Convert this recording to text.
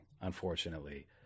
unfortunately